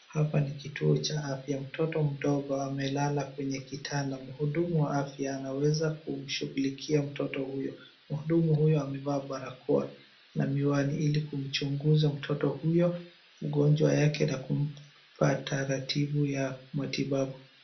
Hapa ni kituo cha afya. Mtoto mdogo amelala kwenye kitanda. Mhudumu wa afya anaweza kumshughulikia mtoto huyo. Mhudumu huyu amevaa barakoa na miwani ili kumchunguza mtoto huyo ugonjwa yake na kumpa taratibu ya matibabu.